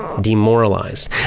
demoralized